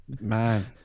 man